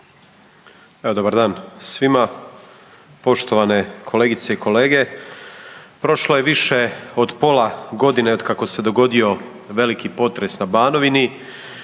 dobar dan svima. Poštovane kolegice i kolege, prošlo je više od pola godine otkako se dogodio veliki potres na Banovini.